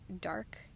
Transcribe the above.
dark